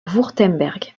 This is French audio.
wurtemberg